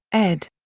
ed.